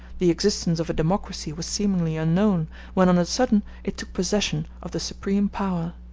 the existence of a democracy was seemingly unknown, when on a sudden it took possession of the supreme power.